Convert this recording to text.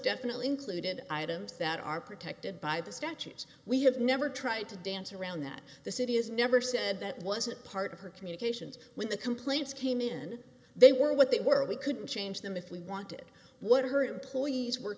definitely included items that are protected by the statute we have never tried to dance around that the city has never said that wasn't part of her communications when the complaints came in they were what they were we couldn't change them if we wanted what her employees were